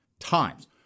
times